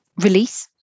release